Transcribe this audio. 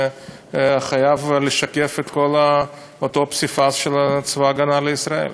והוא חייב לשקף את אותו פסיפס של צבא ההגנה לישראל.